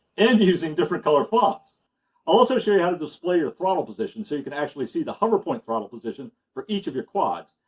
and using different color fonts! i'll also show you how to display your throttle position so you can actually see the hover point throttle position for each of your quads,